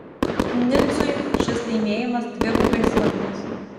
nicui šis laimėjimas dvigubai svarbus